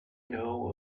know